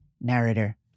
Narrator